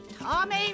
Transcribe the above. Tommy